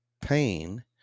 pain